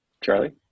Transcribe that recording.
charlie